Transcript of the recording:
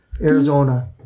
Arizona